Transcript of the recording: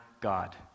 God